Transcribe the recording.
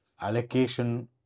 allocation